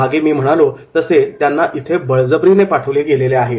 मागे मी म्हणालो तसे त्यांना इथे बळजबरीने पाठवले गेले आहे